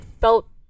felt